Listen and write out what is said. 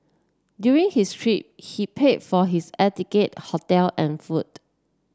during his trip he paid for his air ticket hotel and food